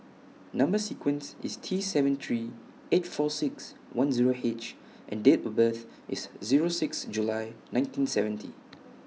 Number sequence IS T seven three eight four six one Zero H and Date of birth IS Zero six July nineteen seventy